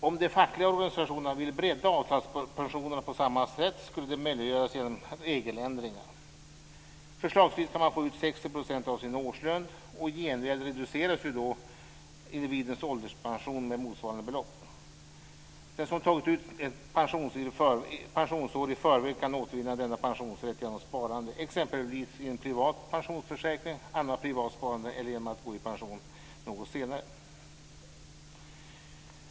Om de fackliga organisationerna vill bredda avtalspensionerna på samma sätt ska det möjliggöras genom regeländringar. Förslagsvis kan man få ut 60 % av sin årslön. I gengäld reduceras då individens ålderspension med motsvarande belopp. Den som tagit ut ett pensionsår i förväg kan återvinna denna pensionsrätt genom sparande, exempelvis i en privat pensionsförsäkring, annat privat sparande eller genom att gå i pension något senare.